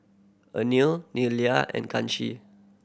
Anil Neila and Kanshi